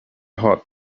hot